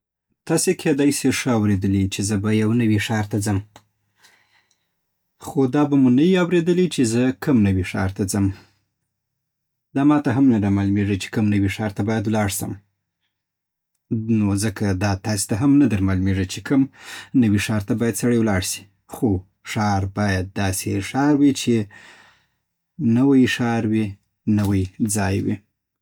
تاسی کیدای سی ښه اوریدلی یی چی زه یوه نوی ښار ته ځم خو دا به مو نه وی اوریدلی چی زه کم نوی ښار ته ځم دا ماته هم نه رامعلومیږی جی زه باید کم نوی ښار ته ولاړ سم نو ځکه دا تاسی ته هم نه در معلومیږی چی کم نوی ښار ته باید سړی ولاړ سی خو ښار باید داسی ښار وی چی نوی ښار وی نوی ځای وی